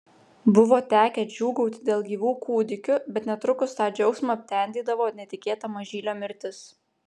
buvo tekę džiūgauti dėl gyvų kūdikių bet netrukus tą džiaugsmą aptemdydavo netikėta mažylio mirtis